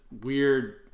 weird